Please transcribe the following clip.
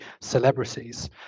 celebrities